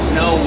no